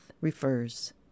refers